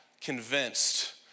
convinced